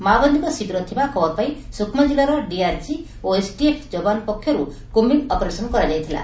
ମାଓବାଦୀଙ୍କ ଶିବିର ଥିବା ଖବର ପାଇ ସୁକୁମା ଜିଲ୍ଲାର ଡିଆରଜି ଓ ଏସଟିଏଫ ଜବାନଙ୍କ ପକ୍ଷରୁ କୁର୍ମିଂ ଅପରେସନ କରାଯାଇଥିଲା